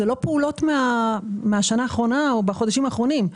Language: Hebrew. אלה לא פעולות מהשנה האחרונה או מהחודשים האחרונים.